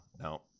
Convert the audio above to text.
no